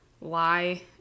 lie